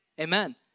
Amen